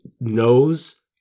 knows